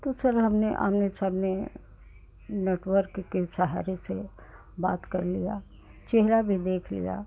तो सर हमने आमने सामने नेटवर्क के सहारे से बात कर ली चेहरा भी देख लिया